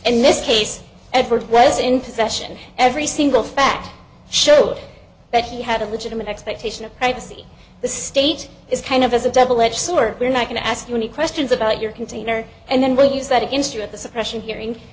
possession every single fact showed that he had a legitimate expectation of privacy the state is kind of as a double edge sword we're not going to ask you any questions about your container and then we'll use that against you at the suppression hearing